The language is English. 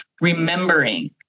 remembering